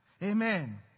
Amen